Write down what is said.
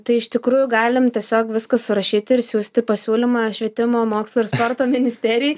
tai iš tikrųjų galim tiesiog viską surašyti ir siųsti pasiūlymą švietimo mokslo ir sporto ministerijai